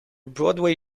broadway